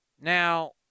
Now